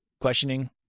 questioning